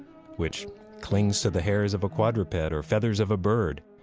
which clings to the hairs of a quadruped or feathers of a bird,